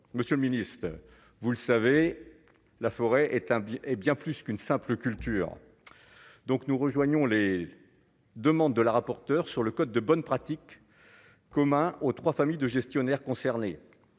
monsieur le ministre, vous le savez, la forêt est un et bien plus qu'une simple culture donc nous rejoignons les demandes de la rapporteure sur le code de bonne pratique commun aux 3 familles de gestionnaires concernés